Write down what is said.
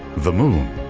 the moon.